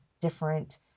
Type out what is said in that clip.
different